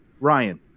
Ryan